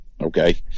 okay